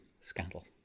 Scandal